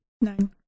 Nine